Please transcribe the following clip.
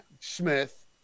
Smith